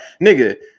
Nigga